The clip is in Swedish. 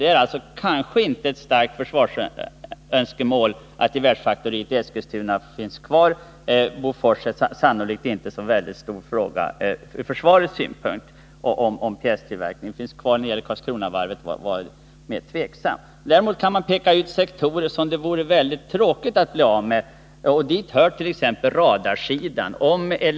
Det är kanske inte något starkt försvarsönskemål att gevärsfaktoriet i Eskilstuna finns kvar. Bofors på artillerisidan är sannolikt inte heller någon väldig fråga ur försvarets synpunkt. Om tillverkningen bör finnas kvar vid Karlskronavarvet är mer svårbedömt. Däremot kan man peka ut vissa sektorer som det vore synnerligen tråkigt att bli av med. Dit hör radarsidan.